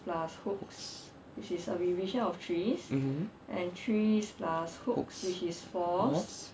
hooks mmhmm hooks fours